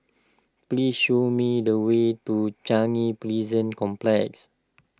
please show me the way to Changi Prison Complex